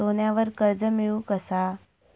सोन्यावर कर्ज मिळवू कसा?